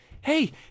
Hey